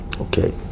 Okay